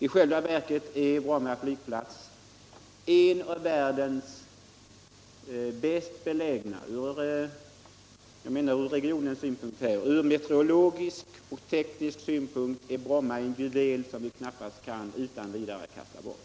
I själva verket är Bromma flygplats från meteorologisk och teknisk synpunkt en juvel som vi knappast utan vidare kan kasta bort.